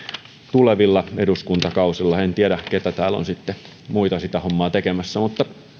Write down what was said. tulevilla eduskuntakausilla en tiedä keitä muita täällä on sitten sitä hommaa tekemässä mutta